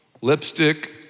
lipstick